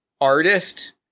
artist